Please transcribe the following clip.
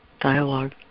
dialogue